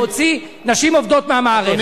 להוציא נשים עובדות מהמערכת.